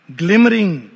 glimmering